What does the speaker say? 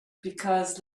because